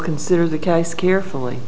consider the case carefully